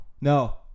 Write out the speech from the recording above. No